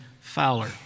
Fowler